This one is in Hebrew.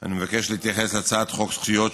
אני מבקש להתייחס להצעת חוק זכויות,